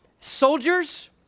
soldiers